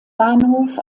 bahnhof